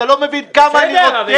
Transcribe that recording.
אתה לא מבין כמה אני רותח.